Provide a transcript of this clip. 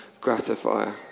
gratifier